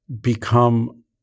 become